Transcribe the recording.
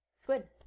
Squid